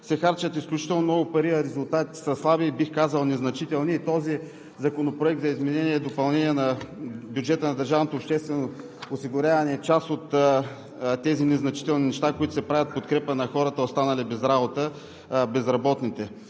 се харчат изключително много пари, а резултатите са слаби и бих казал незначителни. Този законопроект за изменение и допълнение на бюджета на държавното обществено осигуряване е част от тези незначителни неща, които се правят в подкрепа на хората, останали без работа, безработните.